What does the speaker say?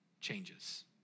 changes